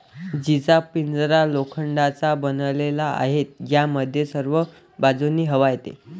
जीचा पिंजरा लोखंडाचा बनलेला आहे, ज्यामध्ये सर्व बाजूंनी हवा येते